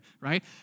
right